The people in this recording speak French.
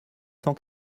cent